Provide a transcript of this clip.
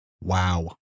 Wow